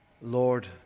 Lord